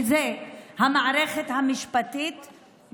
שזאת המערכת המשפטית,